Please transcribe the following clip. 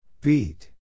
Beat